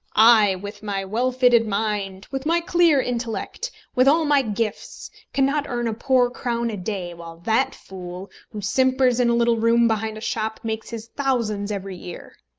i, with my well-filled mind, with my clear intellect, with all my gifts, cannot earn a poor crown a day, while that fool, who simpers in a little room behind a shop, makes his thousands every year.